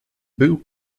boot